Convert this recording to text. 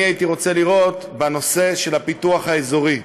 הייתי רוצה לראות בנושא של הפיתוח האזורי.